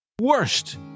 worst